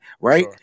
Right